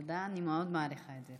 תודה, אני מאוד מעריכה את זה.